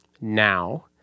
now